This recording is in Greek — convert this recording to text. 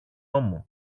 ώμο